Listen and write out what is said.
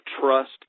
trust